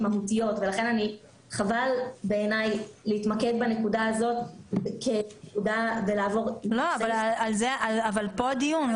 אמיתיות ולכן בעיניי להתמקד בנקודה הזאת --- אבל פה הדיון.